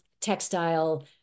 textile